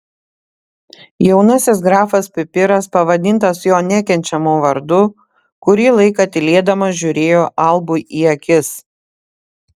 jaunasis grafas pipiras pavadintas jo nekenčiamu vardu kurį laiką tylėdamas žiūrėjo albui į akis